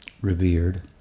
revered